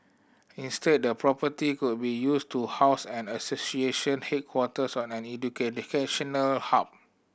instead the property could be used to house an association headquarters or an educational hub